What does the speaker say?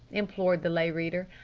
implored the lay reader,